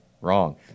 Wrong